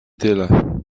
tyle